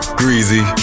greasy